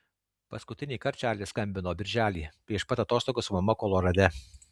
paskutinįkart čarlis skambino birželį prieš pat atostogas su mama kolorade